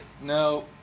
no